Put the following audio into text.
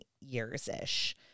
years-ish